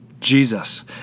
Jesus